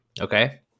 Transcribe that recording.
Okay